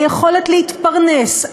היכולת להתפרנס,